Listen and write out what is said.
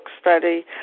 study